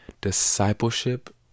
Discipleship